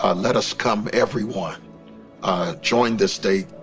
ah let us come everyone joined this day,